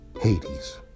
Hades